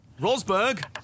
rosberg